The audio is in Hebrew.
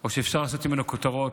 או שאפשר לעשות ממנו כותרות,